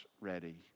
ready